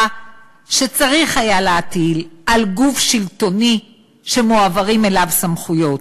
שצריך היה להטיל על גוף שלטוני שמועברות אליו סמכויות.